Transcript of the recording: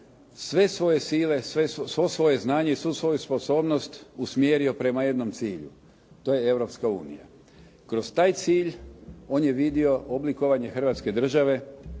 sve svoje sile, sve svoje znanje i svu svoju sposobnost usmjerio prema jednom cilju. To je Europska unija. Kroz taj cilj on je vidio oblikovanje Hrvatske države